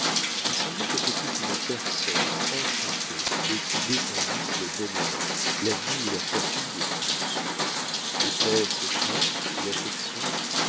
il semblait que ce fût une personne enchantée de qui dépendissent le bonheur la vie ou la fortune de tous était-ce crainte ou affection